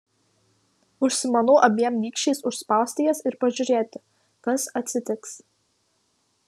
užsimanau abiem nykščiais užspausti jas ir pažiūrėti kas atsitiks